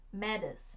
matters